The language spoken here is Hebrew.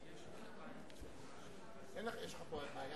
תודה רבה.